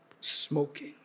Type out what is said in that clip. smoking